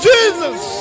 Jesus